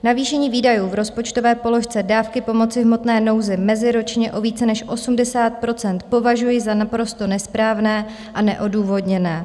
Navýšení výdajů v rozpočtové položce Dávky pomoci v hmotné nouzi meziročně o více než 80 % považuji za naprosto nesprávné a neodůvodněné.